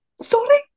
Sorry